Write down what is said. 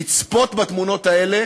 לצפות בתמונות האלה